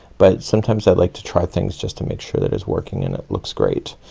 but sometimes i like to try things just to make sure that is working and it looks great.